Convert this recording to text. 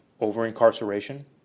over-incarceration